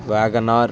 Wagon R